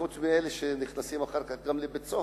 חוץ מאלה שנכנסים אחר כך לבית-הסוהר,